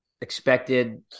expected